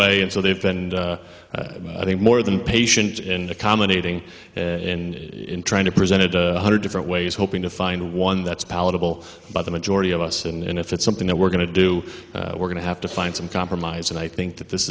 way and so they've been i think more than patient and accommodating in trying to presented a hundred different ways hoping to find one that's palatable by the majority of us and if it's something that we're going to do we're going to have to find some compromise and i think that this